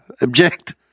object